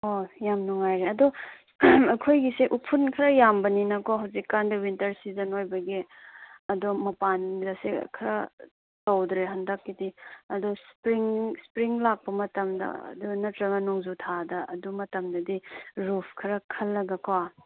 ꯑꯣ ꯌꯥꯝ ꯅꯨꯡꯉꯥꯏꯔꯦ ꯑꯗꯨ ꯑꯩꯈꯣꯏꯒꯤꯁꯦ ꯎꯐꯨꯜ ꯈꯔꯥ ꯌꯥꯝꯕꯅꯤꯅꯀꯣ ꯍꯧꯖꯤꯛꯀꯥꯟꯗꯤ ꯋꯤꯟꯇꯔ ꯁꯤꯖꯟ ꯑꯣꯏꯕꯒꯤ ꯑꯗꯣ ꯃꯄꯥꯜꯒꯁꯦ ꯈꯔꯥ ꯇꯧꯗ꯭ꯔꯦ ꯍꯟꯗꯛꯀꯤꯗꯤ ꯑꯗꯣ ꯏꯁꯄ꯭ꯔꯤꯡ ꯂꯥꯛꯄ ꯃꯇꯝꯗ ꯑꯗꯨ ꯅꯠꯇ꯭ꯔꯒ ꯅꯣꯡꯖꯨꯊꯥꯗ ꯑꯗꯨ ꯃꯇꯝꯗꯗꯤ ꯔꯨꯐ ꯈꯔꯥ ꯈꯜꯂꯒꯀꯣ